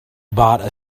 bought